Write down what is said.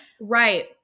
right